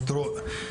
כן.